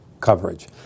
coverage